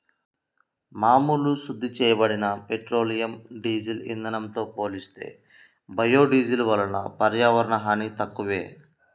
మామూలు శుద్ధి చేయబడిన పెట్రోలియం, డీజిల్ ఇంధనంతో పోలిస్తే బయోడీజిల్ వలన పర్యావరణ హాని తక్కువే